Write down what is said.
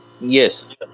Yes